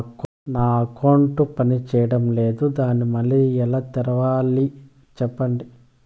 నా అకౌంట్ పనిచేయడం లేదు, దాన్ని మళ్ళీ ఎలా తెరవాలి? సెప్పండి